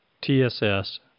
TSS